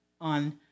on